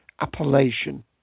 Appellation